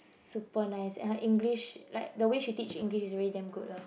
super nice and her English like the way she teach English is damn good lah